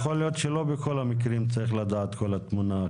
יכול להיות שלא בכל המקרים צריך לדעת את כל התמונה.